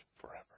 forever